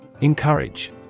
Encourage